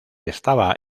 estaba